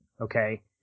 okay